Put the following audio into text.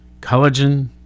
collagen